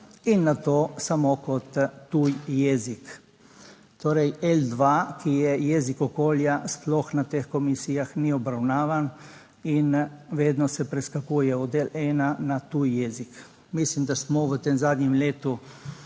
in na to samo kot tuj jezik. Torej, L2, ki je jezik okolja, sploh na teh komisijah ni obravnavan in vedno se preskakuje od ena na tuj jezik. Mislim, da smo v tem zadnjem letu